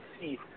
see